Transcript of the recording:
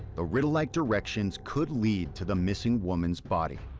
the riddle-like directions could lead to the missing woman's body.